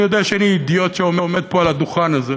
אני יודע שאני אידיוט שעומד פה על הדוכן הזה,